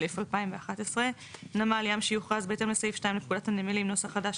התשע"א-2011 נמל ים שיוכרז בהתאם לסעיף 2 לפקודת הנמלים [נוסח חדש],